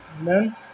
Amen